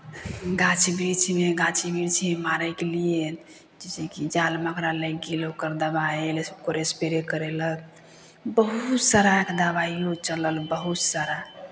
गाछ वृक्षमे गाछीमे छै मारयके लिए जैसेकि जाल मकड़ा लागि गेल ओकर दबाइ एलै ओकर स्प्रे करयलक बहुत साराके दबाइयो चलल बहुत सारा